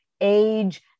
age